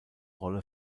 rolle